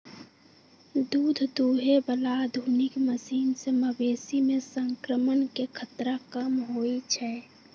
दूध दुहे बला आधुनिक मशीन से मवेशी में संक्रमण के खतरा कम होई छै